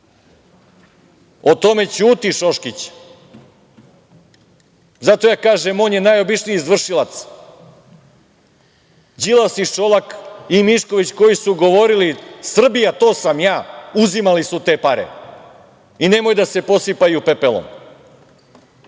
O tome ćuti Šoškić. Zato ja kažem – on je najobičniji izvršilac. Đilas i Šolak i Mišković koji su govorili: „Srbija, to sam ja“, uzimali su te pare i nemoj da se posipaju pepelom.I